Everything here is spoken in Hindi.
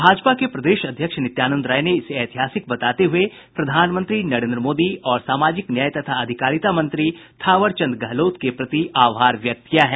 भाजपा के प्रदेश अध्यक्ष नित्यानंद राय ने इसे ऐतिहासिक बताते हुए प्रधानमंत्री नरेन्द्र मोदी और सामाजिक न्याय तथा अधिकारिता मंत्री थावर चंद गहलोत के प्रति आभार व्यक्त किया है